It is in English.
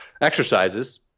exercises